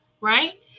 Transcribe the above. right